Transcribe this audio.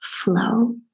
Flow